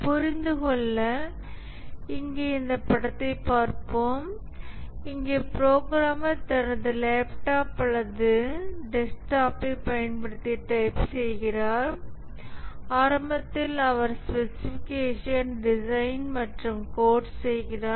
புரிந்து கொள்ள இங்கே இந்த படத்தை பார்ப்போம் இங்கே புரோகிராமர் தனது லேப்டாப் அல்லது டெஸ்க்டாப்பைப் பயன்படுத்தி டைப் செய்கிறார் ஆரம்பத்தில் அவர் ஸ்பெசிஃபிகேஷன் டிசைன் மற்றும் கோட் செய்கிறார்